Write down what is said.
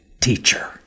teacher